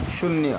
शून्य